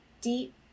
deep